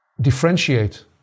differentiate